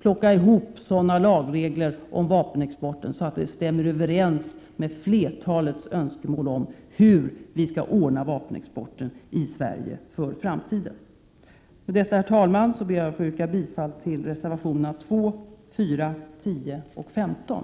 skapa sådana lagregler om vapenexporten att de stämmer överens med flertalets önskemål om hur vi skall ordna vapenexporten i Svetige för framtiden. Med det anförda, herr talman, ber jag att få yrka bifall till reservationerna 2, 4, 10 och 15.